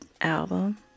album